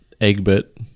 Egbert